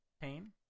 pain